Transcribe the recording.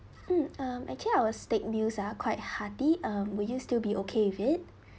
mm um actually our steak meals are quite hearty uh will you still be okay with it